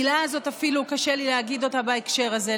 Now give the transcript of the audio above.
המילה הזאת, אפילו קשה לי להגיד אותה בהקשר הזה.